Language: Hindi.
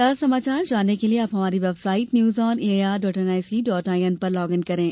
ताजा समाचार जानने के लिए आप हमारी website news on A I R dot N I C dot I N पर लॉग इन करें